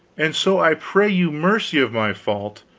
and so i pray you mercy of my fault,